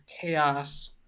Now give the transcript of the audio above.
chaos